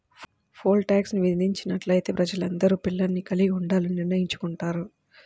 pole tax విధించినట్లయితే ప్రజలందరూ పిల్లల్ని కలిగి ఉండాలని నిర్ణయించుకుంటారు